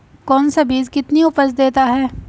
कौन सा बीज कितनी उपज देता है?